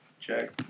check